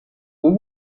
you